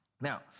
Now